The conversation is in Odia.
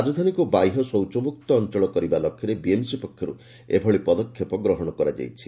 ରାଜଧାନୀକୁ ବାହ୍ୟ ଶୌଚମୁକ୍ତ ଅଞ୍ଞଳ କରିବା ଲକ୍ଷ୍ୟରେ ବିଏମ୍ସି ପକ୍ଷରୁ ଏଭଳି ପଦକ୍ଷେପ ନିଆଯାଇଛି